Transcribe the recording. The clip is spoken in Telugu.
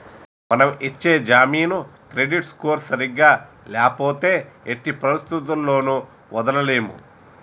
మనం ఇచ్చే జామీను క్రెడిట్ స్కోర్ సరిగ్గా ల్యాపోతే ఎట్టి పరిస్థతుల్లోను వదలలేము